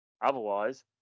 Otherwise